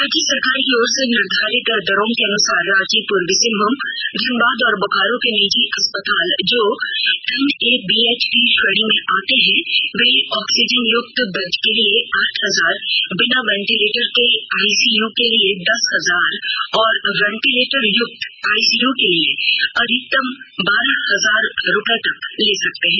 राज्य सरकार की ओर से निर्धारित दरों के अनुसार रांची पूर्वी सिंहभूम धनबाद और बोकारो के निजी अस्पताल जो एनएबीएच की श्रेणी में आते हैं वे ऑक्सीजन युक्त बेड के लिए आठ हजार बिना वेंटीलेटर के आईसीयू के लिए दस हजार और वेंटीलेटर युक्त आईसीयू के लिए अधिकतम बारह हजार रूपये तक ले सकते हैं